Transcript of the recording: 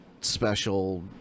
special